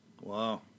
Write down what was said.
Wow